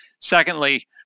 Secondly